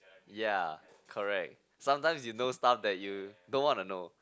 ya correct sometimes you know stuff that you don't want to know